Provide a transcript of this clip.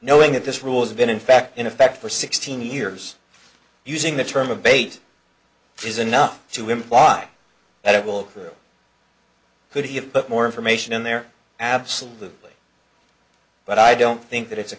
knowing that this rules have been in fact in effect for sixteen years using the term a bait is enough to imply that it will kill him but more information in there absolutely but i don't think that it's a